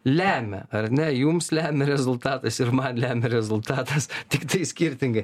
lemia ar ne jums lemia rezultatas ir man lemia rezultatas tiktai skirtingai